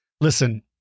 listen